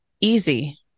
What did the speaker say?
easy